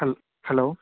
ஹல் ஹலோ